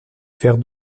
faire